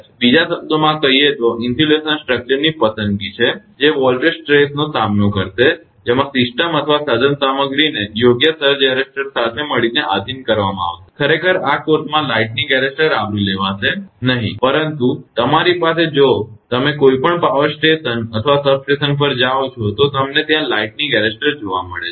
તેથી બીજા શબ્દોમાં કહીએ તો તે ઇન્સ્યુલેશન સ્ટ્રક્ચરની પસંદગી છે જે વોલ્ટેજ સ્ટ્રેસનો સામનો કરશે જેમાં સિસ્ટમ અથવા સાધનસામગ્રીને યોગ્ય સર્જ એરેસ્ટર સાથે મળીને આધીન કરવામાં આવશે ખરેખર આ કોર્સમાં લાઇટનીંગ એરેસ્ટર આવરી લેવાશે નહીં પરંતુ તમારી પાસે જો તમે કોઈપણ પાવર સ્ટેશન અથવા સબસ્ટેશન પર જાઓ છો તો તમને ત્યાં લાઈટનિંગ એરેસ્ટર જોવા મળે છે